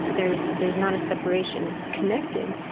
there's there's not a separation. it's connected.